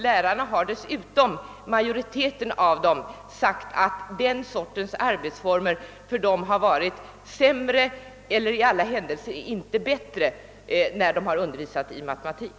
Dessutom har majoriteten av lärarna förklarat att arbetsformer av denna art i varje fall inte är bättre än de traditionella vid undervisning i matematik.